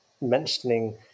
mentioning